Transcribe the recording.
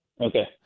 Okay